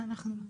איתי?